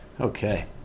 okay